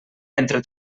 entre